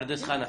--- פרדס חנה.